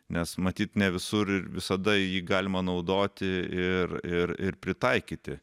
nes matyt ne visur ir visada jį galima naudoti ir ir ir pritaikyti